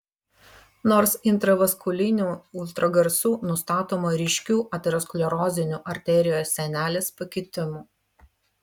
nors intravaskuliniu ultragarsu nustatoma ryškių aterosklerozinių arterijos sienelės pakitimų